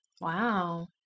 Wow